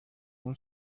اون